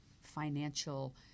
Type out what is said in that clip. financial